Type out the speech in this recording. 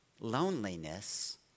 loneliness